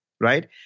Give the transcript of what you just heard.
Right